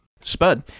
Spud